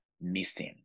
missing